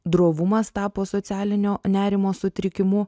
drovumas tapo socialinio nerimo sutrikimu